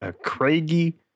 craggy